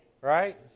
Right